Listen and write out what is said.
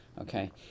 Okay